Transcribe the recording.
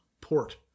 port